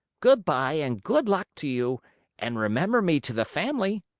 good-by and good luck to you and remember me to the family!